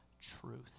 truth